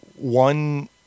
one